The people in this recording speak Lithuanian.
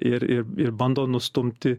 ir ir ir bando nustumti